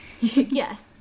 yes